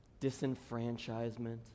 Disenfranchisement